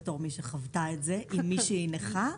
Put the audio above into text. כמי שחוותה את זה עם מישהי נכה.